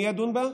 מי ידון בה?